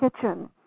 kitchen